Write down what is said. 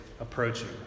approaching